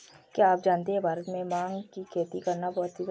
क्या आप जानते है भारत में भांग की खेती करना प्रतिबंधित है?